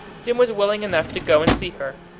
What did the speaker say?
jim was willing enough to go and see her.